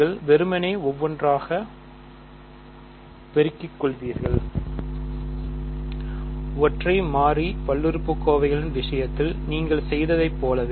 நீங்கள் வெறுமனே ஒவ்வொன்றாக நீங்கள் பெருக்கிக் கொள்வீர்கள் ஒற்றை மாறி பல்லுறுப்புக்கோவைகளின் விஷயத்தில் நீங்கள் செய்ததைப் போல